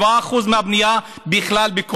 7% מהבנייה בכלל,